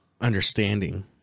understanding